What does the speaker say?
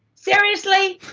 seriously?